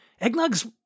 Eggnog's